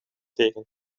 tegen